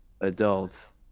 adults